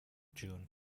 june